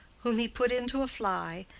whom he put into a fly,